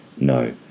No